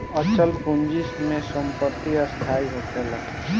अचल पूंजी में संपत्ति स्थाई होखेला